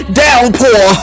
downpour